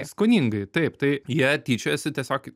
skoningai taip tai jie tyčiojasi tiesiog